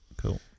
cool